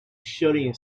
shooting